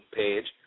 page